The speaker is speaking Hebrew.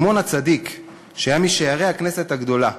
שמעון הצדיק, שהיה משיירי הכנסת הגדולה,